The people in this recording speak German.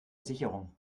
sicherung